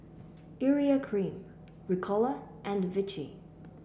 Urea Cream Ricola and Vichy